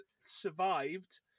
survived